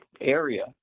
area